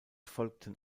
folgten